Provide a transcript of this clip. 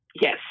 Yes